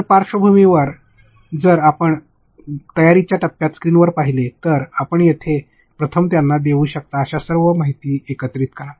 तर पार्श्वभूमीवर जर आपण तयारीच्या टप्प्यात स्क्रीनवर पाहिले तर आपण प्रथम त्यांना देऊ शकता अशा सर्व माहिती एकत्रित करा